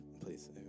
please